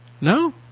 No